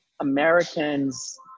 Americans